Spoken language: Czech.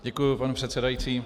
Děkuji, pane předsedající.